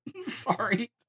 Sorry